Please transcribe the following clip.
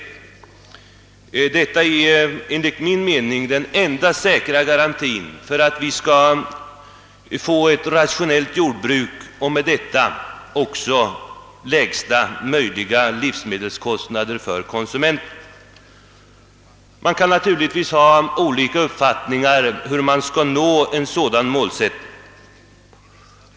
Detta är enligt min mening den enda säkra garantin för att vi skall få ett rationellt jordbruk och med detta också lägsta möjliga livsmedelskostnader för konsumenten. Man kan naturligtvis ha olika uppfattningar om hur man skall nå en sådan målsättning.